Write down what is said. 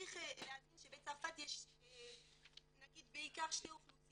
צריך להבין שבצרפת יש בעיקר שתי אוכלוסיות,